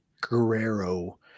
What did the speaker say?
Guerrero